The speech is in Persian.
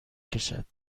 کشد